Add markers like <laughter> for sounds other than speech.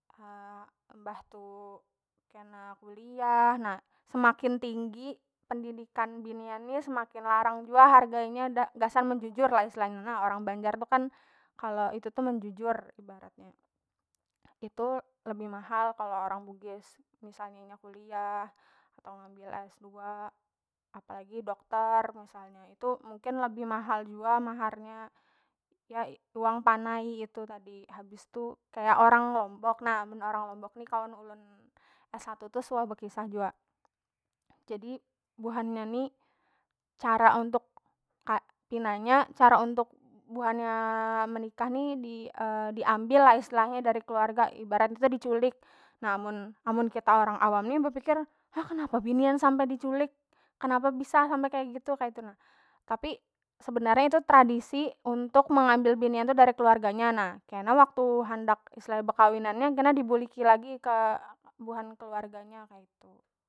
<hesitation> mbah tu kena kuliah na semakin tinggi pendidikan binian ni semakin larang jua harganya da gasan menjujur istilahnya na orang banjar tu kan kalo itu tu menjujur ibaratnya itu lebih mahal kalo orang bugis misalnya inya kuliah atau ambil s2 apalagi dokter misalnya itu mungkin lebih mahal jua mahar nya ya uang panai itu tadi habis tu kaya orang lombok na mun orang lombok ni kawan ulun s1 tu suah bekisah jua jadi buhannya ni cara untuk <hesitation> pina nya cara untuk buhannya menikah ni di <hesitation> diambil lah istilahnya dari keluarga ibaratnya kita diculik na amun amun kita orang awam ni bepikir hah kenapa binian sampai diculik kenapa bisa sampai kaya gitu kaitu na tapi sebenarnya tradisi untuk meambil binian tu dari keluarganya na kena waktu handak istilahnya bekawinan nya kena dibuliki lagi ke buhan keluarganya kaitu.